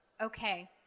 Okay